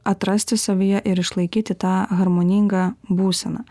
atrasti savyje ir išlaikyti tą harmoningą būseną